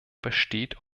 besteht